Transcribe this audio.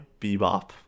Bebop